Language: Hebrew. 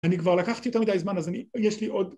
‫אני כבר לקחתי יותר מדי זמן, ‫אז יש לי עוד...